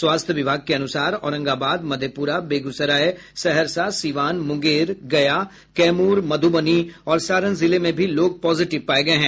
स्वास्थ्य विभाग के अनुसार औरंगाबाद मधेपुरा बेगूसराय सहरसा सिवान मुंगेर गया कैमूर मधुबनी और सारण जिले में भी लोग पॉजिटिव पाये गये हैं